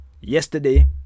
Yesterday